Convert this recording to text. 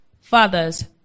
Fathers